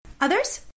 Others